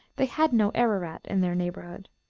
they had no ararat in their neighborhood.